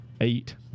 eight